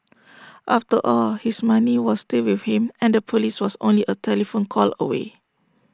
after all his money was still with him and the Police was only A telephone call away